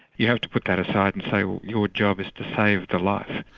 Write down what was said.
you have to put that aside and say your job is to save the life.